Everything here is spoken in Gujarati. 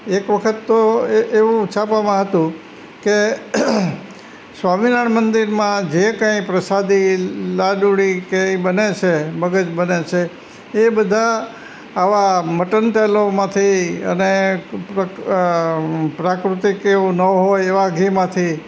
એક વખત તો એવું છાપામાં હતું કે સ્વામિનારાયણ મંદિરમાં જે કાંઈ પ્રસાદી લાડુડી કે એ બને છે મગસ બને છે એ બધા આવાં મટનટેલોમાંથી અને પ્રાકૃતિક એવું ન હોય એવાં ઘીમાંથી